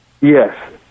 Yes